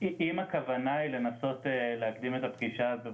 אם הכוונה היא לנסות להקדים את הפגישה הזו,